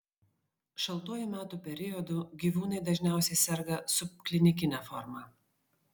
šaltuoju metų periodu gyvūnai dažniausiai serga subklinikine forma